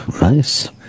Nice